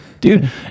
dude